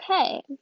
okay